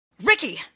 RICKY